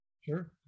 Sure